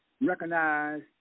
recognize